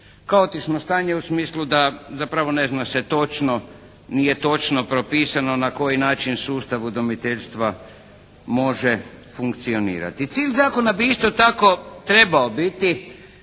Kaotično stanje u smislu da zapravo ne zna se točno, nije točno propisano na koji način sustavu udomiteljstva može funkcionirati. Cilj zakona bi isto tako trebao biti